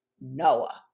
noah